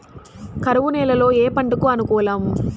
కరువు నేలలో ఏ పంటకు అనుకూలం?